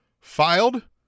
filed